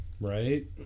Right